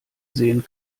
sehen